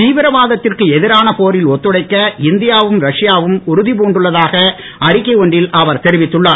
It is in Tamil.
தீவிரவாதத்திற்கு எதிரான போரில் ஒத்துழைக்க இந்தியாவும் ரஷ்யாவும் உறுதி புண்டுள்ளதாக அறிக்கை ஒன்றில் அவர் தெரிவித்துள்ளார்